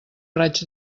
raig